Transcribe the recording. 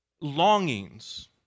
longings